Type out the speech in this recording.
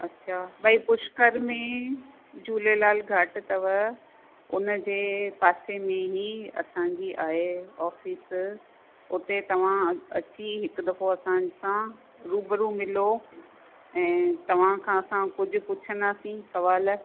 अच्छा भाई पुष्कर में झूलेलाल घाट अथव उन जे पासे में ई असांजी आहे ऑफिस उते तव्हां अची हिकु दफ़ो असांसां रूबरू मिलो ऐं तव्हां खां असां कुझु पुछंदासीं सवाल